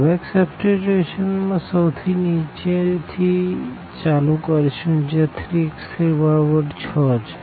તો back substitution માં સૌથી નીચે થી ચાલુ કરશું જ્યાં 3x3 બરાબર 6 છે